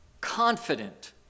Confident